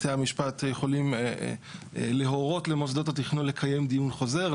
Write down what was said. בתי המשפט יכולים להורות למוסדות התכנון לקיים דיון חוזר,